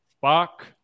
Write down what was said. Fuck